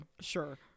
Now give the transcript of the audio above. Sure